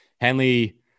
Henley